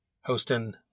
hosting